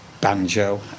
banjo